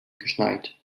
geschneit